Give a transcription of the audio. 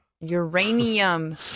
Uranium